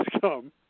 come